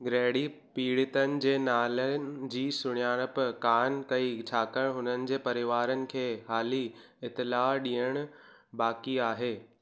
Grady पीड़ितनि जे नालनि जी सुञाणपु कान कई छाकाणि हुननि जे परिवारनि खे हाली इतिलाहु डि॒यणु बाक़ी आहे